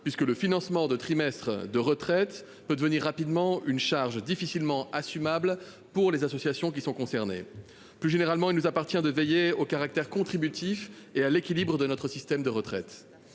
plus, le financement de trimestres de retraite peut rapidement devenir une charge difficile à assumer pour les associations qui sont concernées. Plus généralement, il nous appartient de veiller au caractère contributif et à l'équilibre de notre système de retraite.